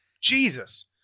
Jesus